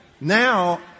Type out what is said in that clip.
Now